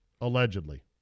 Allegedly